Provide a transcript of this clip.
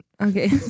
Okay